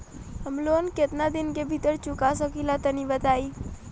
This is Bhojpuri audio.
हम लोन केतना दिन के भीतर चुका सकिला तनि बताईं?